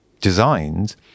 designed